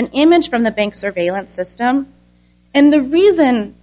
an image from the bank surveillance system and the reason